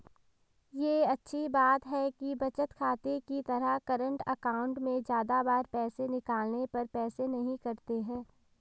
ये अच्छी बात है कि बचत खाते की तरह करंट अकाउंट में ज्यादा बार पैसे निकालने पर पैसे नही कटते है